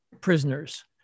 prisoners